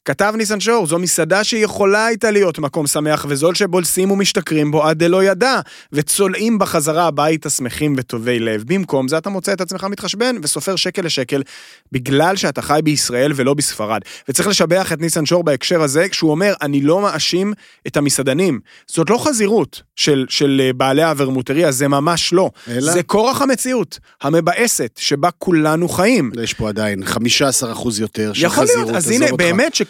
כתב ניסן שור, "זו מסעדה שיכולה הייתה להיות מקום שמח וזול שבולסים ומשתכרים בו עד דלא ידע, וצולעים בחזרה הביתה שמחים וטובי לב. במקום זה אתה מוצא את עצמך מתחשבן וסופר שקל לשקל בגלל שאתה חי בישראל ולא בספרד. וצריך לשבח את ניסן שור בהקשר הזה, כשהוא אומר, "אני לא מאשים את המסעדנים". זאת לא חזירות של- של, אה, בעלי האברמוטריה, זה ממש לא. אלא? זה כורח המציאות, המבאסת, שבה כולנו חיים. יש פה עדיין 15% יותר של יכול להיות, חזירות, אז עזוב הנה, אותך. באמת,